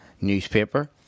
newspaper